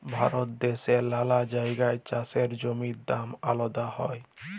ভারত দ্যাশের লালা জাগায় চাষের জমির আলাদা দাম হ্যয়